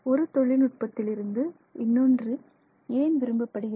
ஒரு தொழில் நுட்பத்தில் இருந்து இன்னொன்று ஏன் விரும்பப்படுகிறது